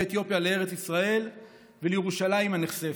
אתיופיה לארץ ישראל ולירושלים הנכספת.